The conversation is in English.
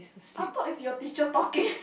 I thought is your teacher talking